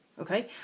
okay